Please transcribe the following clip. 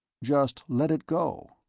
just let it go.